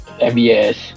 MBS